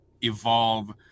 evolve